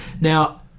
Now